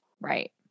Right